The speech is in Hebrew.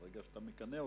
אתה מגנה אותם,